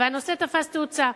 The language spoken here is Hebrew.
והנושא תפס תאוצה.